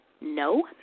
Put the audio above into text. no